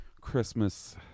Christmas